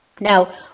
Now